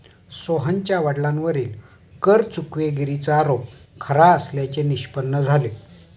सोहनच्या वडिलांवरील कर चुकवेगिरीचा आरोप खरा असल्याचे निष्पन्न झाले